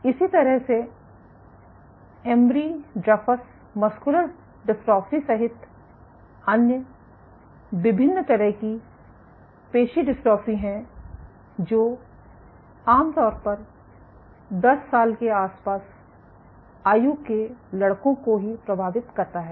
इसी तरह से एमरी ड्रेफस मस्कुलर डिस्ट्रॉफी सहित अन्य विभिन्न तरह की पेशी डिस्ट्रोफी हैं जो आमतौर पर 10 साल के आसपास आयु के लड़कों को ही प्रभावित करता है